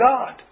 God